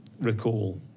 recall